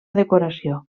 decoració